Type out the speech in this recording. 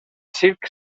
circ